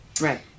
Right